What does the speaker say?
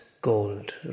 gold